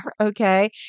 Okay